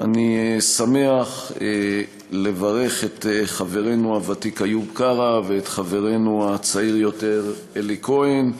אני שמח לברך את חברנו הוותיק איוב קרא ואת חברנו הצעיר-יותר אלי כהן,